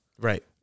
Right